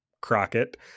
Crockett